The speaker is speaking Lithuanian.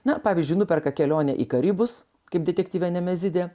na pavyzdžiui nuperka kelionę į karibus kaip detektyve nemezidė